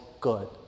good